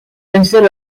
gençler